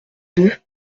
deux